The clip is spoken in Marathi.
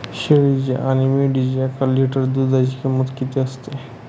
शेळीच्या आणि मेंढीच्या एक लिटर दूधाची किंमत किती असते?